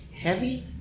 heavy